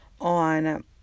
on